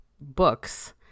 books